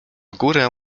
górę